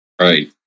Right